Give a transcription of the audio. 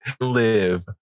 live